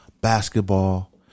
basketball